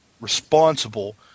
responsible